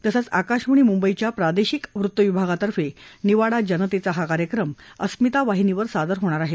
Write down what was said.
तसंच आकाशवाणी मुंबईच्या प्रादेशिक वृत्तविभागातर्फे निवाडा जनतेचा हा कार्यक्रम अस्मिता वाहिनीवर सादर होणार आहे